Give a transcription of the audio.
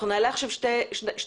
אנחנו נעלה עכשיו שתי עדויות,